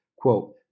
Quote